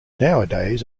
nowadays